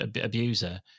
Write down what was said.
abuser